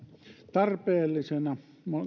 tarpeellisena